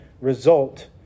result